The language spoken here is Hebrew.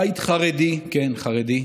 בית חרדי, כן, חרדי,